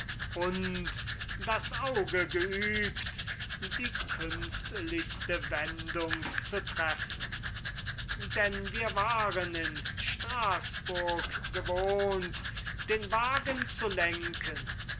und das auge geübt die künstlichste wendung zu treffen denn wir waren in straßburg gewohnt den wagen zu lenken